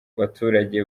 baturage